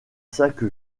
sac